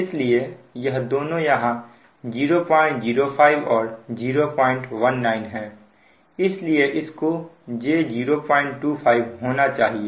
इसलिए यह दोनों यहां 005 और 019 है इसलिए इसको j024 होना चाहिए